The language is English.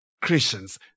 Christians